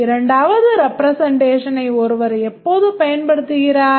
இரண்டாவது ரெப்ரெசென்ட்டேஷனை ஒருவர் எப்போது பயன்படுத்துகிறார்